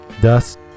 dust